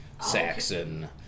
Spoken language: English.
Saxon